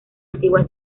antigua